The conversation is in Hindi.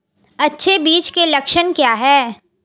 अच्छे बीज के लक्षण क्या हैं?